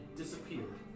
disappeared